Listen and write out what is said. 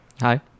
Hi